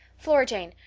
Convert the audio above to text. flora jane,